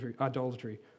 idolatry